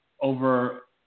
over